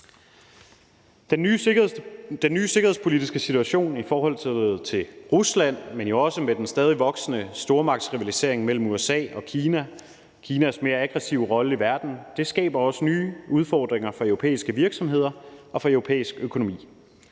Den nye sikkerhedspolitiske situation i forhold til Rusland, men jo også i forhold til den stadig voksende stormagtsrivalisering mellem USA og Kina og i forhold til Kinas mere aggressive rolle i verden skaber også nye udfordringer for europæiske virksomheder og for europæisk økonomi.